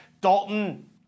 Dalton